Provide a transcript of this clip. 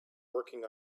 working